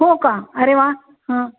हो का अरे वा हां